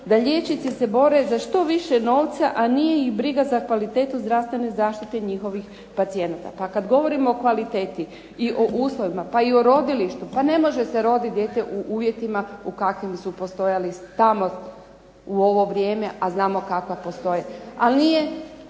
da liječnici se bore za što više novca, a nije ih briga za kvalitetu zdravstvene zaštite njihovih pacijenata. Pa kad govorimo o kvaliteti i o uslovima pa i o rodilištu pa ne može se rodit dijete u uvjetima u kakvim su postojali tamo u ovo vrijeme a znamo kakva postoje. A istina